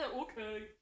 Okay